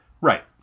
Right